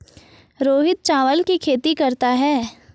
रोहित चावल की खेती करता है